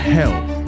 health